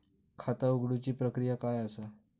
खाता उघडुची प्रक्रिया काय असा?